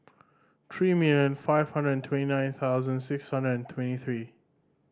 three million five hundred and twenty nine thousand six hundred and twenty three